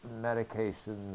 medications